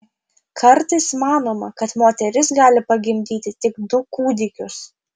kartais manoma kad moteris gali pagimdyti tik du kūdikius